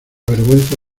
vergüenza